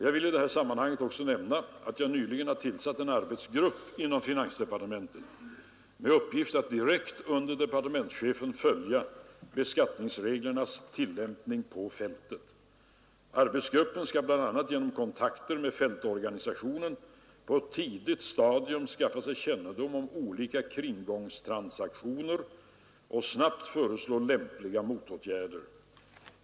Jag vill i detta sammanhang också nämna att jag nyligen tillsatt en arbetsgrupp inom finansdepartementet med uppgift att direkt under departementschefen följa beskattningsreglernas tillämpning på fä Arbetsgruppen skall bl.a. genom kontakter med fältorganisationen på ett tidigt stadium skaffa sig kännedom om olika kringgångstransaktioner och snabbt föreslå lämpliga motåtgärder.